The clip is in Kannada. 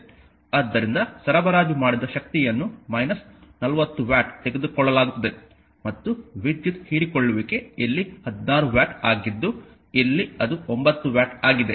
ಆದ್ದರಿಂದ ಸರಬರಾಜು ಮಾಡಿದ ಶಕ್ತಿಯನ್ನು 40 ವ್ಯಾಟ್ ತೆಗೆದುಕೊಳ್ಳಲಾಗುತ್ತದೆ ಮತ್ತು ವಿದ್ಯುತ್ ಹೀರಿಕೊಳ್ಳುವಿಕೆ ಇಲ್ಲಿ 16 ವ್ಯಾಟ್ ಆಗಿದ್ದು ಇಲ್ಲಿ ಅದು 9 ವ್ಯಾಟ್ ಆಗಿದೆ